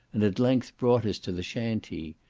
and at length brought us to the shantee,